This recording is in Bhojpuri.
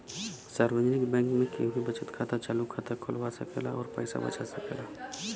सार्वजनिक बैंक में केहू भी बचत खाता, चालु खाता खोलवा सकेला अउर पैसा बचा सकेला